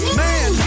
man